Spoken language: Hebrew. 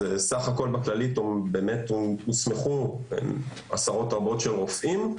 בסך הכול בכללית הוסמכו עשרות רבות של רופאים,